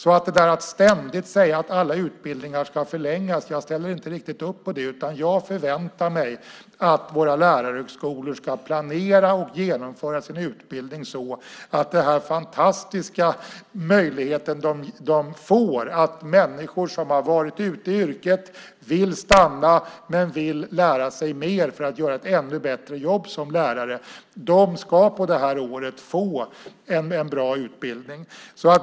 Jag ställer inte riktigt upp på det ständiga pratet om att alla utbildningar ska förlängas, utan jag förväntar mig att våra lärarhögskolor ska planera och genomföra sin utbildning med tanke på den fantastiska möjlighet som de får. Människor som har varit ute i yrket och vill stanna men vill lära sig mer för att göra ett ännu bättre jobb som lärare ska under det här året få en bra utbildning.